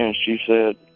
and she said,